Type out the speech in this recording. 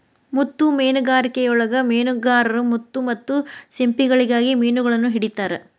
ಮುತ್ತು ಮೇನುಗಾರಿಕೆಯೊಳಗ ಮೇನುಗಾರರು ಮುತ್ತು ಮತ್ತ ಸಿಂಪಿಗಳಿಗಾಗಿ ಮಿನುಗಳನ್ನ ಹಿಡಿತಾರ